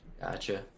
Gotcha